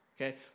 Okay